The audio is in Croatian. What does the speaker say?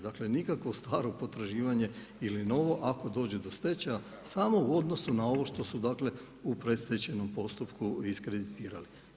Dakle, nikako staro potraživanje ili novo ako dođe do stečaja, samo u odnosu na ovo što su u predstečajnom postupku iskreditirali.